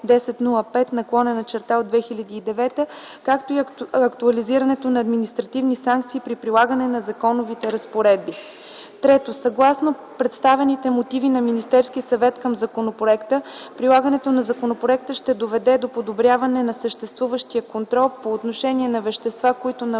Регламент ЕО № 1005/2009, както и актуализирането на административни санкции при прилагане на законовите разпоредби. Трето, съгласно представените мотиви на Министерския съвет към законопроекта, прилагането на законопроекта ще доведе до подобряване на съществуващия контрол по отношение на вещества, които нарушават